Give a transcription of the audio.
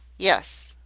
yes.